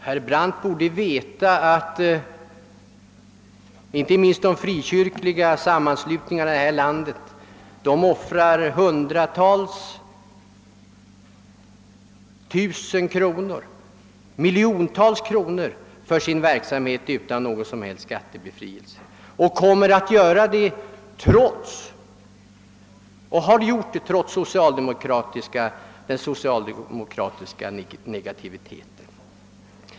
Herr Brandt borde veta att inte minst medlemmarna i de frikyrkliga sammanslutningarna här i landet offrar hundratusentals för att inte säga miljontals kronor på sin verksamhet utan att få någon som helst skattebefrielse. Detta gör man och kom mer man att göra trots den socialdemokratiska negativismen.